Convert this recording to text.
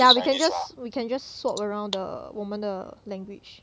yah we can just we can just swap around the 我们的 language